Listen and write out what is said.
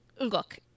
Look